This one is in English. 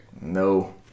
No